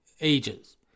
ages